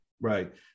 Right